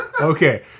Okay